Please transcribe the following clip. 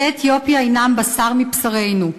יוצאי אתיופיה הם בשר מבשרנו.